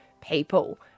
people